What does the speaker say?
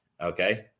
okay